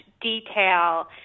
detail